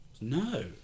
No